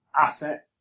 Asset